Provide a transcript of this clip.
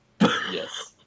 Yes